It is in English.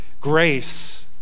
grace